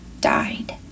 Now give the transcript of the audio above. died